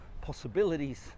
possibilities